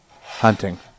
hunting